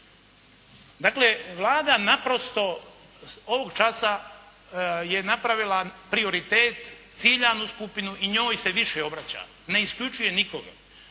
svemu. Vlada naprosto ovog časa je napravila prioritet, ciljanu skupinu i njoj se više obraća, ne isključuje nikoga.